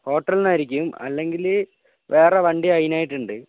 ഹോട്ടലിൽനിന്ന് ആയിരിക്കും അല്ലെങ്കിൽ വേറെ വണ്ടി അതിനായിട്ട് ഉണ്ട്